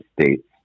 states